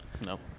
No